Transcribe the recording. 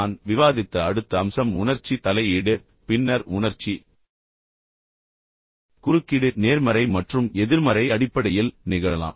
நான் விவாதித்த அடுத்த அம்சம் உணர்ச்சி தலையீடு பின்னர் உணர்ச்சி குறுக்கீடு நேர்மறை மற்றும் எதிர்மறை அடிப்படையில் நிகழலாம்